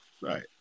Right